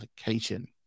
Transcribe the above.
application